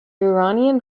iranian